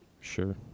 sure